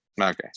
Okay